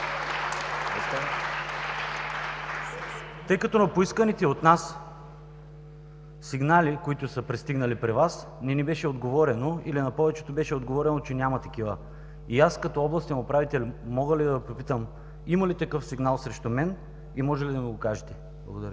тъй като на поисканите от нас сигнали, които са пристигнали при Вас, не ни беше отговорено или на повечето беше отговорено, че няма такива? Аз като областен управител мога ли да попитам: има ли такъв сигнал срещу мен и може ли да ми го кажете?